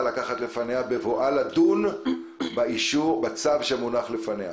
לשקול לפניה בבואה לדון בצו שמונח לפניה.